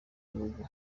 bihugu